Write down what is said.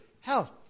health